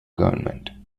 government